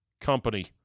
company